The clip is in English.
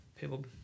people